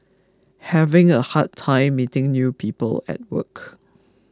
having a hard time meeting new people at work